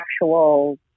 actual